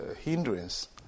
hindrance